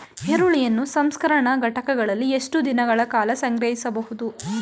ಈರುಳ್ಳಿಯನ್ನು ಸಂಸ್ಕರಣಾ ಘಟಕಗಳಲ್ಲಿ ಎಷ್ಟು ದಿನಗಳ ಕಾಲ ಸಂಗ್ರಹಿಸಬಹುದು?